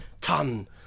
ton